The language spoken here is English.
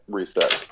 reset